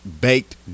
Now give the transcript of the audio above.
baked